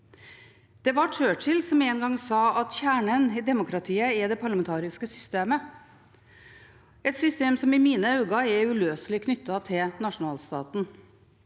Det var Churchill som en gang sa at kjernen i demokratiet er det parlamentariske systemet, et system som i mine øyne er uløselig knyttet til nasjonalstaten.